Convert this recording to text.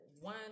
one